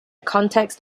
context